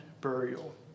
burial